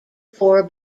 four